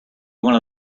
one